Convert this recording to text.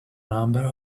number